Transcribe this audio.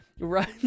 right